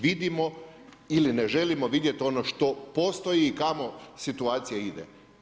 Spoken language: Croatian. Vidimo ili ne želimo vidjet ono što postoji i kamo situacija ide.